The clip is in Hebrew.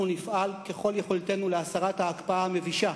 אנחנו נפעל, ככל יכולתנו, להסרת ההקפאה המבישה